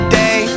day